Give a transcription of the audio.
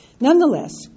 Nonetheless